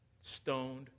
stoned